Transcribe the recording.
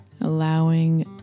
allowing